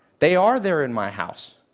they are there in my house.